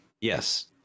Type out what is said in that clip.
Yes